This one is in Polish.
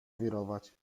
wirować